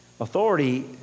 authority